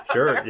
Sure